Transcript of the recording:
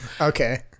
Okay